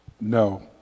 No